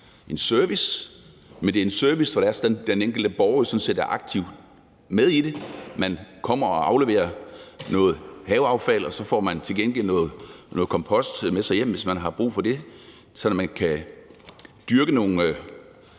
service. Men det er en service, hvor den enkelte borger sådan set er aktivt med i det. Man kommer og afleverer noget haveaffald, og så får man til gengæld noget kompost med sig hjem, hvis man har brug for det, sådan at man kan dyrke nogle